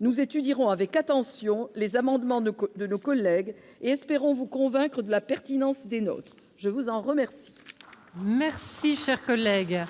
Nous étudierons avec attention les amendements de nos collègues, et nous espérons vous convaincre de la pertinence des nôtres. La parole est